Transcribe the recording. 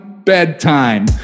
bedtime